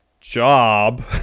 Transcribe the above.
job